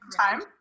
time